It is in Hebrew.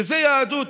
וזו יהדות